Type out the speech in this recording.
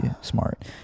smart